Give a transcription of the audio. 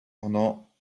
pendant